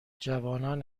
جوانان